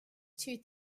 due